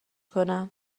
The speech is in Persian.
کنم